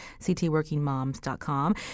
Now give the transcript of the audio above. ctworkingmoms.com